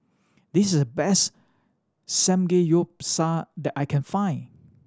this is the best Samgeyopsal that I can find